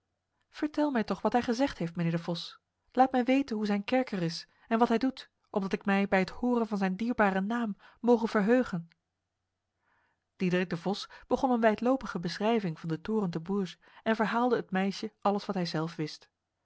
vertel mij toch wat hij gezegd heeft mijnheer de vos laat mij weten hoe zijn kerker is en wat hij doet opdat ik mij bij het horen van zijn dierbare naam moge verheugen diederik de vos begon een wijdlopige beschrijving van de toren te bourges en verhaalde het meisje alles wat hij zelf wist